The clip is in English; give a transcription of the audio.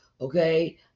okay